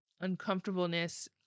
uncomfortableness